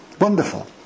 Wonderful